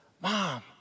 Mom